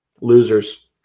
losers